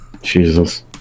jesus